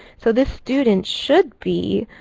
so this student should be,